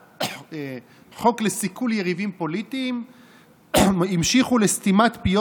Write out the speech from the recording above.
מהחוק לסיכול יריבים פוליטיים המשיכו לסתימת פיות